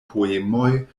poemoj